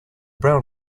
brown